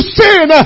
sin